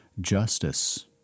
justice